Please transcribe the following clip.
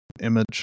image